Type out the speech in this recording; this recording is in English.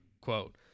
quote